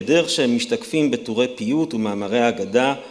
‫בדרך שהם משתקפים בתורי פיוט ‫ומאמרי הגדה.